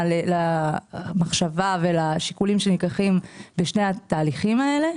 למחשבה ולשיקולים שנלקחים בשני התהליכים האלה,